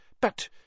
But